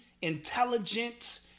intelligence